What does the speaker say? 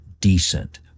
decent